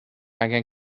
angen